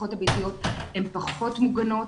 הבריכות הביתיות הן פחות מוגנות.